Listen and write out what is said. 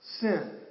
sin